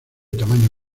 tamaño